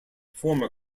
former